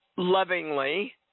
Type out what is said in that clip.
Lovingly